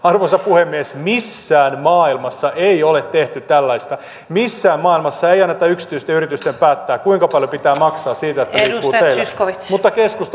arvoisa puhemies missään maailmassa ei ole tehty tällaista missään maailmassa ei anneta yksityisten yritysten päättää kuinka paljon pitää maksaa siitä että liikkuu teillä mutta keskusta hyväksyy tämän